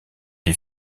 des